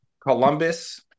Columbus